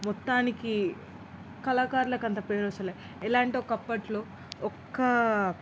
మొత్తానికి కళాకారులకు అంత పేరు వస్తలేదు ఎలా అంటే ఒక అప్పటిలో ఒక్క